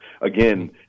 again